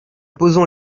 posons